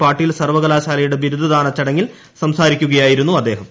പാട്ടീൽ സർവ്വകലാശാലയുടെ ബിരുദദാന ചടങ്ങിൽ സംസാരിക്കുകയായിരുന്നു അദ്ദേഹം